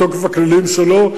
בתוקף הכללים שלו,